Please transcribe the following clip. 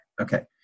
Okay